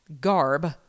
garb